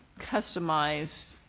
customize